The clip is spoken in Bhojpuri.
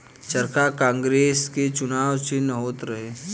चरखा कांग्रेस के चुनाव चिन्ह होत रहे